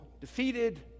defeated